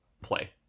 play